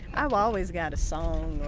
i've always got a song,